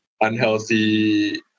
unhealthy